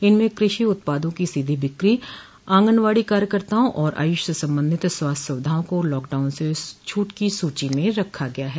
इनमें कृषि उत्पादों की सीधी बिक्री आंगनवाड़ी कार्यकर्ताओं और आयुष से संबंधित स्वास्थ्य सुविधाओं को लॉकडाउन से छूट की सूची में रखा गया है